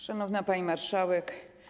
Szanowna Pani Marszałek!